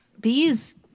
bees